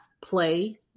play